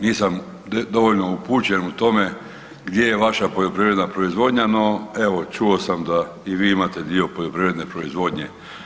Nisam dovoljno upućen u tome gdje je vaša poljoprivredna proizvodnja no evo čuo sam da i vi imate dio poljoprivredne proizvodnje.